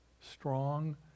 strong